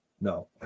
No